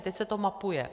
Teď se to mapuje.